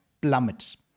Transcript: plummets